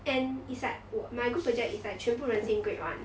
and is like 我 my group project is like 全部人 same grade [one]